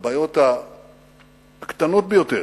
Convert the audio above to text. לבעיות הקטנות ביותר,